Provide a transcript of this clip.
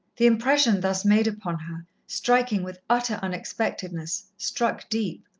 the impression thus made upon her, striking with utter unexpectedness, struck deep,